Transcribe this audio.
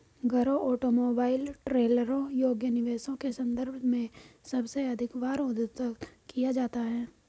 घरों, ऑटोमोबाइल, ट्रेलरों योग्य निवेशों के संदर्भ में सबसे अधिक बार उद्धृत किया जाता है